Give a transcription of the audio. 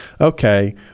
Okay